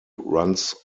runs